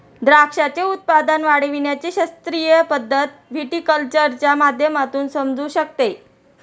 द्राक्षाचे उत्पादन वाढविण्याची शास्त्रीय पद्धत व्हिटीकल्चरच्या माध्यमातून समजू शकते